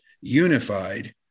unified